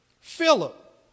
Philip